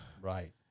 Right